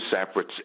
separate